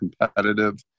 competitive